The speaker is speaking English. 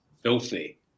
filthy